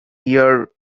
year